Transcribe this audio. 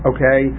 Okay